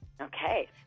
Okay